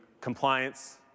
compliance